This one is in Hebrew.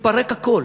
התפרק הכול,